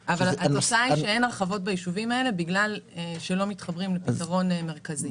שאין הרחבות ביישובים האלה בגלל שלא מתחברים לפתרון מרכזי.